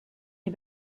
est